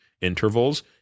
intervals